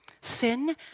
Sin